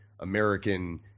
American